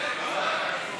ארדואן או